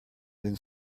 then